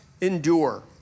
endure